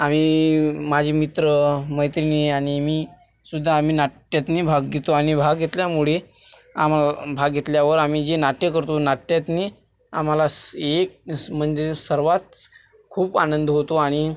आम्ही माझे मित्रमैत्रिणी आणि मीसुद्धा आम्ही नाट्यातून भाग घेतो आणि भाग घेतल्यामुळे आम भाग घेतल्यावर आम्ही जे नाट्य करतो नाट्यातून आम्हाला स एक स म्हणजे सर्वात खूप आनंद होतो आणि